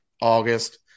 August